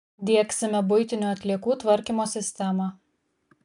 diegsime buitinių atliekų tvarkymo sistemą